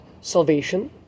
salvation